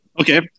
Okay